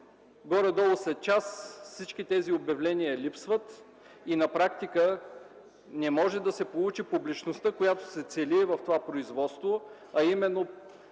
горе-долу след час всички тези обявления липсват и на практика не може да се получи публичността, която се цели в това производство, а именно